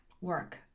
Work